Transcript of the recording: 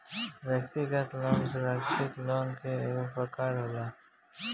व्यक्तिगत लोन सुरक्षित लोन के एगो प्रकार होला